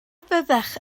fyddech